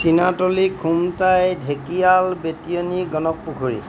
চীনাতলি খুমটাই ঢেকীয়াল বেটিয়নী গণক পুখুৰী